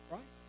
Right